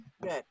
good